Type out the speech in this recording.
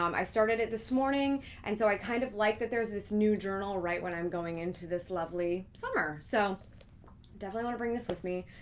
um i started it this morning. and so i kind of like that there's this new journal right when i'm going into this lovely summer. so definitely want to bring this with me.